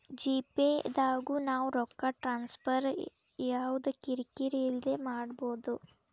GPay ದಾಗು ನಾವ್ ರೊಕ್ಕ ಟ್ರಾನ್ಸ್ಫರ್ ಯವ್ದ ಕಿರಿ ಕಿರಿ ಇಲ್ದೆ ಮಾಡ್ಬೊದು